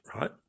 right